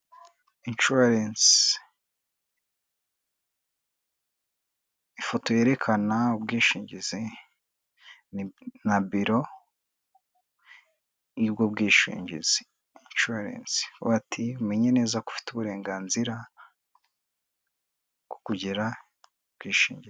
Inshuwarensi ifoto yerekana ubwishingizi na biro y'ubwo bwishingizi inshuwarensi, bati umenye neza ko ufite uburenganzira bwo kugira ubwishingizi.